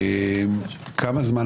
כמה זמן,